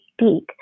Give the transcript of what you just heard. speak